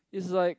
is like